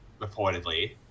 reportedly